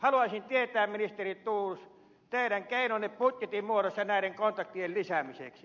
haluaisin tietää ministeri thors teidän keinonne budjetin muodossa näiden kontaktien lisäämiseksi